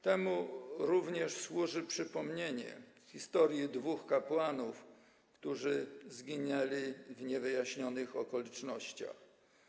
Temu również służy przypomnienie historii dwóch kapłanów, którzy zginęli w niewyjaśnionych okolicznościach.